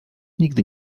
nigdy